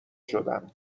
شدم